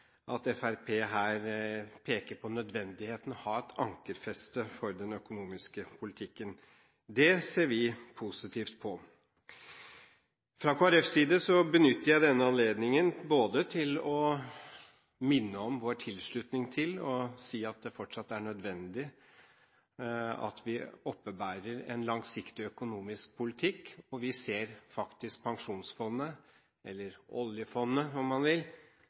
peker på nødvendigheten av å ha et ankerfeste for den økonomiske politikken. Det ser vi positivt på. Fra Kristelig Folkepartis side benytter jeg denne anledningen både til å minne om vår tilslutning til og til å si at det fortsatt er nødvendig at vi oppebærer en langsiktig økonomisk politikk. Vi ser faktisk pensjonsfondet, eller oljefondet om man vil,